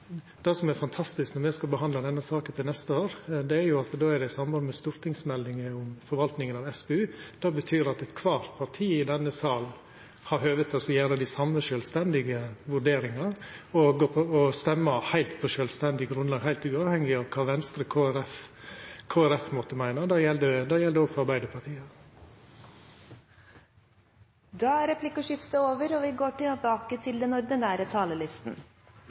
Det som er fantastisk når me skal behandla denne saka til neste år, er jo at då er det i samband med stortingsmeldinga om forvaltinga av SPU. Det betyr at alle partia i denne salen har høve til å gjera dei same sjølvstendige vurderingane og stemma på sjølvstendig grunnlag, heilt uavhengig av kva Venstre og Kristeleg Folkeparti måtte meina. Det gjeld òg for Arbeidarpartiet. Replikkordskiftet er